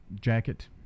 jacket